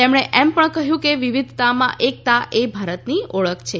તેમણે એમ પણ કહ્યું કે વિવિધતામાં એકતા એ ભારતની ઓળખ છે